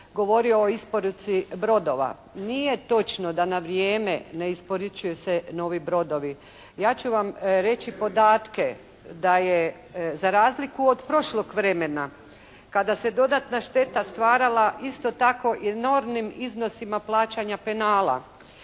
govorio o isporuci brodova. Nije točno da na vrijeme ne isporučuju se novi brodovi. Ja ću vam reći podatke da je za razliku od prošlog vremena kada se dodatna šteta stvarala isto tako enormnim iznosima plaćanja penala,